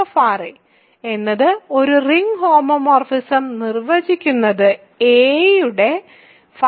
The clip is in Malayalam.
ϕ എന്നത് ഒരു റിംഗ് ഹോമോമോർഫിസം നിർവചിക്കുന്നത് a യുടെ φφ ആണ്